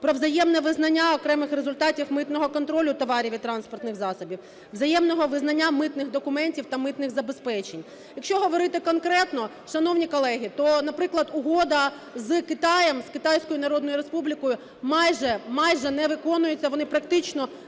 про взаємне визнання окремих результатів митного контролю товарів і транспортних засобів, взаємного визнання митних документів та митних забезпечень. Якщо говорити конкретно, шановні колеги, то, наприклад, угода з Китаєм, з Китайською Народною Республікою, майже, майже не виконується, вони практично не дають